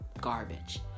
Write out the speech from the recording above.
garbage